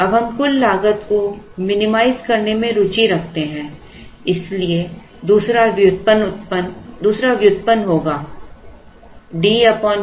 अब हम कुल लागत को मिनिमाइज करने में रुचि रखते हैं इसलिए दूसरा व्युत्पन्न होगा DQ2 Co है